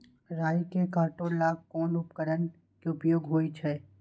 राई के काटे ला कोंन उपकरण के उपयोग होइ छई?